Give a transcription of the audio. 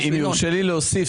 אם יורשה לי להוסיף,